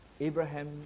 Abraham